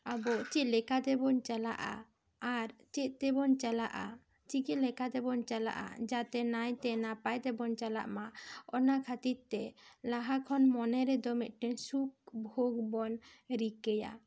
ᱟᱵᱚ ᱪᱮᱫ ᱞᱮᱠᱟ ᱛᱮᱵᱚᱱ ᱪᱟᱞᱟᱜᱼᱟ ᱟᱨ ᱪᱮᱫ ᱛᱮᱵᱚᱱ ᱪᱟᱞᱟᱜᱼᱟ ᱪᱤᱠᱟᱹ ᱞᱮᱠᱟᱛᱮᱵᱚᱱ ᱪᱟᱞᱟᱜᱼᱟ ᱡᱟᱭ ᱛᱮ ᱱᱟᱭ ᱛᱮ ᱱᱟᱯᱟᱭ ᱛᱮᱵᱚᱱ ᱪᱟᱞᱟᱜ ᱢᱟ ᱚᱱᱟ ᱠᱷᱟᱹᱛᱤᱨ ᱛᱮ ᱞᱟᱦᱟ ᱠᱷᱚᱱ ᱢᱚᱱᱮ ᱨᱮᱫᱚ ᱢᱤᱫᱴᱮᱱ ᱥᱩᱠ ᱵᱷᱚᱜᱽ ᱵᱚᱱ ᱨᱤᱠᱟᱹᱭᱟ